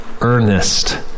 earnest